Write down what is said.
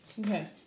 Okay